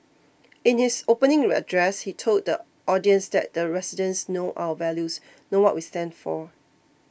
in his opening address he told the audience that the residents know our values know what we stand for